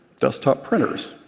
desktop printers